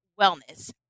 wellness